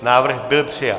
Návrh byl přijat.